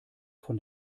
von